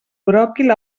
bròquil